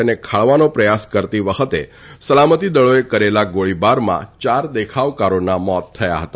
તેને ખાળવાનો પ્રયાસ કરતી વખતે સલામતી દળોએ કરેલા ગોળીબારમાં યાર દેખાવકારોના મોત થયા હતા